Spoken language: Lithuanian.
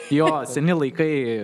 jo seni laikai